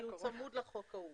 כי הוא צמוד לחוק ההוא.